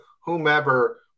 whomever